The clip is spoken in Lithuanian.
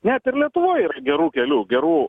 net ir lietuvoj yra gerų kelių gerų